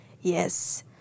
Yes